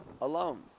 alone